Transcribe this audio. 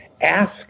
ask